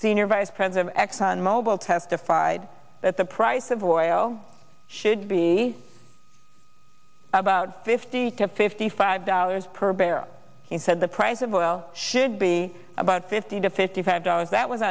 senior vice president exxon mobil testified that the price of oil should be about fifty to fifty five dollars per barrel he said the price of oil should be about fifty to fifty five dollars that was